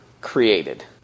created